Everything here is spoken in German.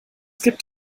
gibt